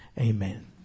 amen